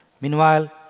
Meanwhile